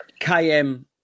KM